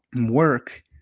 work